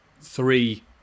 three